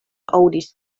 aŭdis